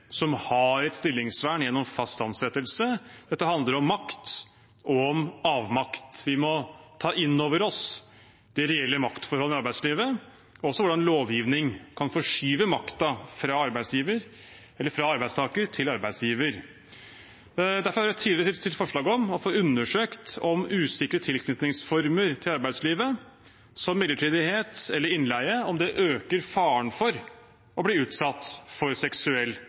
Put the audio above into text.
som har et stillingsvern gjennom fast ansettelse. Dette handler om makt og om avmakt. Vi må ta inn over oss det reelle maktforholdet i arbeidslivet og også hvordan lovgivning kan forskyve makten fra arbeidstaker til arbeidsgiver. Derfor har Rødt tidligere stilt forslag om å få undersøkt om usikre tilknytningsformer til arbeidslivet, som midlertidighet eller innleie, øker faren for å bli utsatt for seksuell